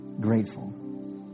Grateful